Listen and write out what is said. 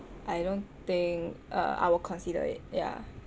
I don't think uh I will consider it ya